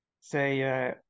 say